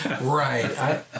right